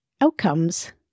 outcomes